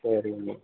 சரிங்கமா